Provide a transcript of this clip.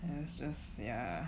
it's just yeah